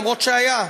אף שהיה,